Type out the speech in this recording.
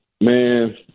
man